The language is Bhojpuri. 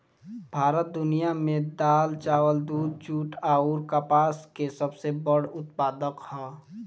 भारत दुनिया में दाल चावल दूध जूट आउर कपास के सबसे बड़ उत्पादक ह